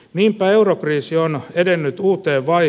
niinpä eurokriisi on edennyt uuteen vai